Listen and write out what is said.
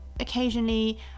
occasionally